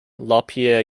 lapierre